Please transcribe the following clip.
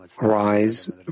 rise